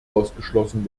ausgeschlossen